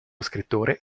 scrittore